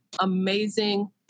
amazing